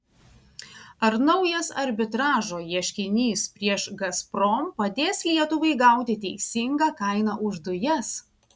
ar naujas arbitražo ieškinys prieš gazprom padės lietuvai gauti teisingą kainą už dujas